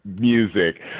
music